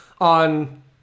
on